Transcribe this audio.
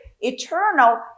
eternal